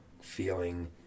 feeling